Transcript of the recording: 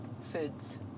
foods